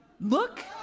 Look